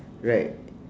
right